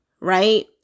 right